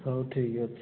ହଉ ଠିକ୍ ଅଛି